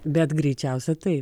bet greičiausiai taip